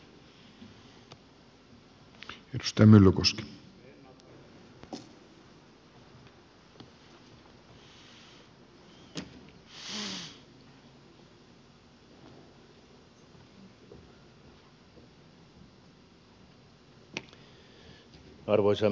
arvoisa herra puhemies